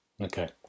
okay